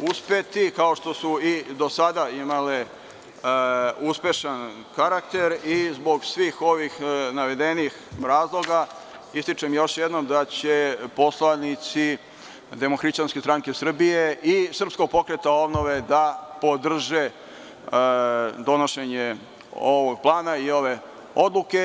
uspeti, kao što su i do sada imale uspešan karakter i zbog svih ovih navedenih razloga, ističem još jednom da će poslanici DHSS i SPO da podrže donošenje ovog plana i ove odluke.